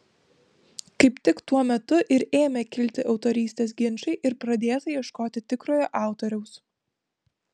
kaip tik tuo metu ir ėmė kilti autorystės ginčai ir pradėta ieškoti tikrojo autoriaus